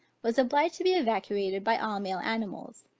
was obliged to be evacuated by all male animals,